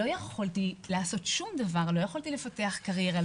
לא יכולתי לעשות שום דבר, לא יכולתי לפתח קריירה.